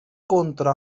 contra